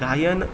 गायन